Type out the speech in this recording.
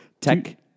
Tech